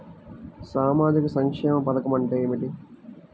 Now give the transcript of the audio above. సామాజిక సంక్షేమ పథకం అంటే ఏమిటి?